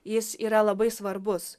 jis yra labai svarbus